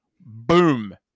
Boom